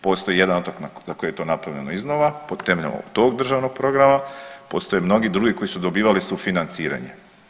Postoji jedan otok za koji je to napravljeno iznova po temelju tog državnog programa, postoje mnogi drugi koji su dobivali sufinanciranje.